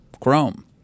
chrome